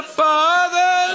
father